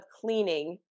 cleaning